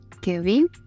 Kevin